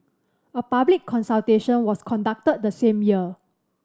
a public consultation was conducted the same year